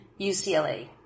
UCLA